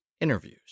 interviews